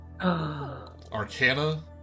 Arcana